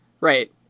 right